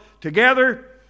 together